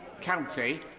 county